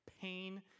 pain